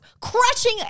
crushing